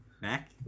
Mac